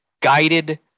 guided